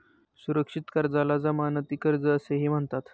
सुरक्षित कर्जाला जमानती कर्ज असेही म्हणतात